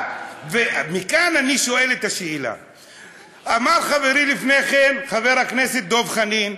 מכאן אני שואל, אמר חברי חבר הכנסת דב חנין: